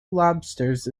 lobsters